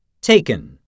taken